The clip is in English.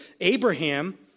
Abraham